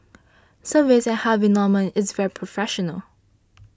service at Harvey Norman is very professional